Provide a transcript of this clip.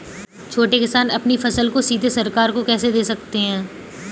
छोटे किसान अपनी फसल को सीधे सरकार को कैसे दे सकते हैं?